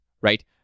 right